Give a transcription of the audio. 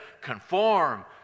Conform